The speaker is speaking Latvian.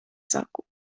saku